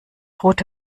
rote